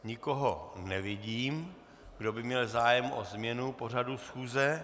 Nikoho nevidím, kdo by měl zájem o změnu pořadu schůze.